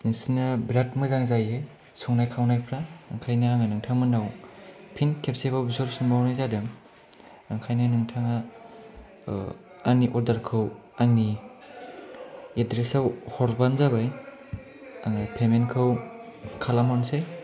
नोंसिना बिराद मोजां जायो संनाय खावनायफ्रा ओंखायनो आङो नोंथांमोननाव फिन खेबसेबाव बिहर फिनबावनाय जादों ओंखायनो नोंथाङा आंनि अर्डारखौ आंनि एड्रेसआव हरब्लानो जाबाय आङो पेमेन्टखौ खालामहरनोसै